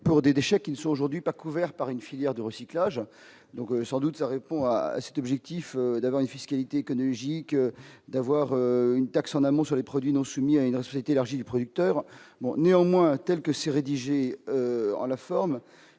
pour des déchets qui ne sont aujourd'hui pas couverts par une filière de recyclage, donc sans doute ça répond à cet objectif d'avoir une fiscalité J. que d'avoir une taxe en amont sur les produits non soumis à une insolite élargie du producteur bon néanmoins tels que ces rédigé à la forme,